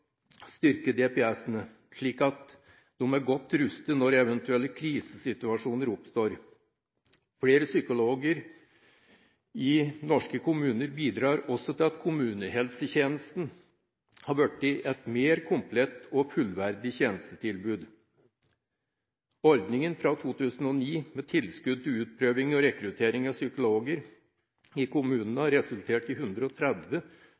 styrke DPS-ene, slik at de er godt rustet når eventuelle krisesituasjoner oppstår. Flere psykologer i norske kommuner bidrar også til at kommunehelsetjenesten har blitt et mer komplett og fullverdig tjenestetilbud. Ordningen fra 2009 med tilskudd til utprøving og rekruttering av psykologer i kommunene har resultert i 130